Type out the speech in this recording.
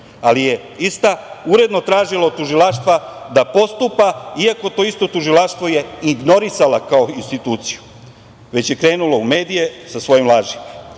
ali je ista uredno tražila od tužilaštva da postupa iako to isto tužilaštvo je ignorisala kao instituciju, već je krenula u medije sa svojim